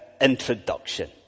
introduction